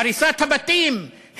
הריסת הבתים,